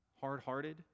hard-hearted